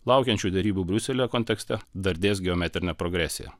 laukiančių derybų briuselyje kontekste dardės geometrine progresija